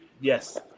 Yes